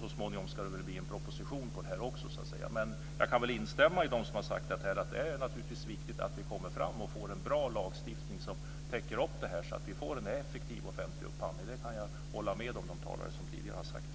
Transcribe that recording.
så småningom ska det väl också bli en proposition. Men jag kan instämma med dem som har sagt att det naturligtvis är viktigt att vi kommer framåt och får en bra lagstiftning som täcker upp det här, så att vi får en effektiv offentlig upphandling. Jag kan hålla med de talare som tidigare har sagt det.